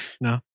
No